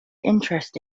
interest